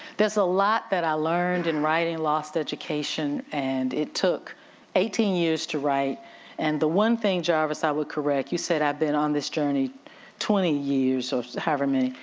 there's a lot that i learned in writing lost education and it took eighteen years to write and the one thing, jarvis, i would correct, you said i've been on this journey twenty years or however many,